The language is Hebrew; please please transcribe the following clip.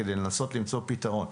כדי לנסות למצוא את הפתרון.